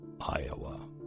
Iowa